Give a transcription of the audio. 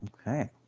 okay